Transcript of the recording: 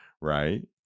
right